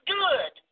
good